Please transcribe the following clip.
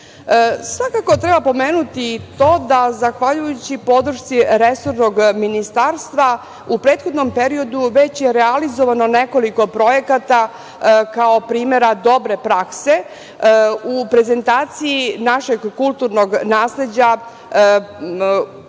zemlje. Svakako treba pomenuti i to da zahvaljujući podršci resornog ministarstva u prethodnom periodu već je realizovano nekoliko projekata kao primera dobre prakse u prezentaciji našeg kulturnog nasleđa,